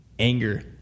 Anger